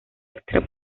extra